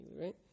right